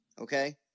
okay